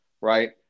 right